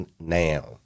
now